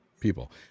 people